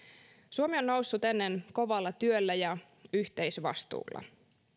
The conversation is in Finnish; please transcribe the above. suomi on noussut ennen kovalla työllä ja yhteisvastuulla